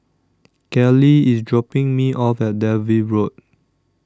Callie IS dropping Me off At Dalvey Road